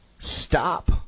Stop